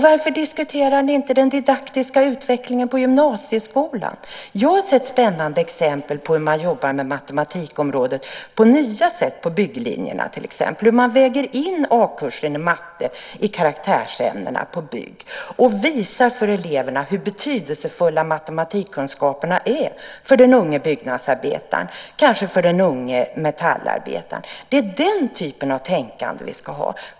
Varför diskuterar ni inte den didaktiska utvecklingen i gymnasieskolan? Jag har sett spännande exempel på hur man på nya sätt jobbar med matematik på till exempel bygglinjen. Man väger A-kursen i matte i karaktärsämnena och visar för eleverna hur betydelsefulla matematikkunskaper är för den unge byggnadsarbetaren eller metallarbetaren. Det är den typen av tänkande som vi ska ha.